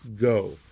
go